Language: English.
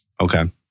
Okay